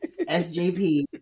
SJP